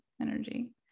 energy